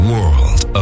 World